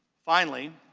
finally,